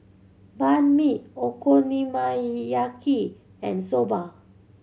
Banh Mi Okonomiyaki and Soba